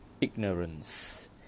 ignorance